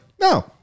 no